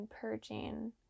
purging